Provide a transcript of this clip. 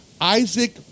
Isaac